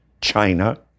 China